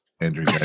Andrew